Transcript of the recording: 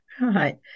right